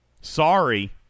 Sorry